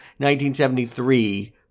1973